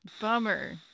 bummer